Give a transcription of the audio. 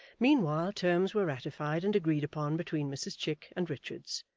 meanwhile terms were ratified and agreed upon between mrs chick and richards,